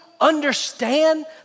understand